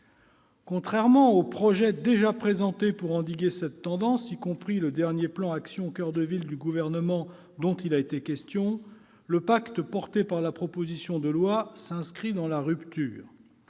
Contrairement aux projets déjà présentés pour endiguer cette tendance, y compris le dernier plan « Action coeur de ville » du Gouvernement, dont il a été question, le « pacte » porté par la proposition de loi s'inscrit dans une